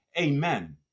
amen